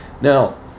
Now